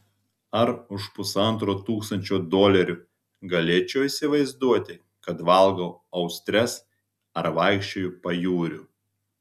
ar už pusantro tūkstančio dolerių galėčiau įsivaizduoti kad valgau austres ar vaikščioju pajūriu